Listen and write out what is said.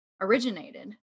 originated